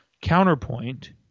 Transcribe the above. Counterpoint